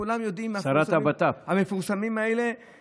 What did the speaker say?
כולם יודעים מי המפורסמים האלה.